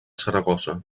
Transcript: saragossa